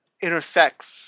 intersects